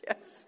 yes